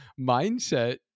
mindset